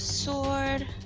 Sword